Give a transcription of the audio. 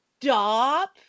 stop